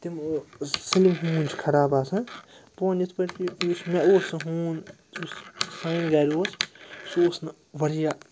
تِم سٲلِم ہوٗن چھِ خراب آسان بہٕ وَنہٕ یِتھ پٲٹھۍ کہِ یُس مےٚ اوس سُہ ہوٗن یُس سانہِ گَرِ اوس سُہ اوس نہٕ واریاہ